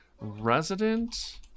Resident